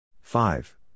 five